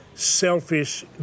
selfish